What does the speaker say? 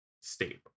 state